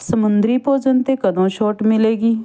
ਸਮੁੰਦਰੀ ਭੋਜਨ 'ਤੇ ਕਦੋਂ ਛੋਟ ਮਿਲੇਗੀ